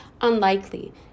unlikely